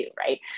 right